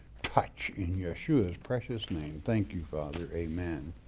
touch in yeshua, his precious name, thank you, father. amen.